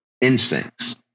instincts